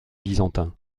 byzantin